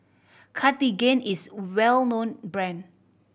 Cartigain is a well known brand